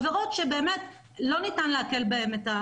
עבירות שבאמת לא ניתן להקל בהם.